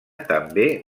també